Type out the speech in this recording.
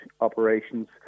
operations